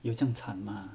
有这样惨吗